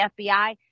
FBI